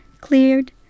Cleared